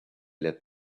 led